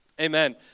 amen